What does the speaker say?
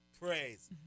praise